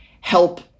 help